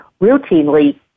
routinely